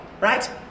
right